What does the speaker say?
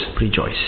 rejoice